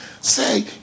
say